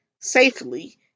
safely